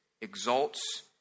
exalts